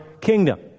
kingdom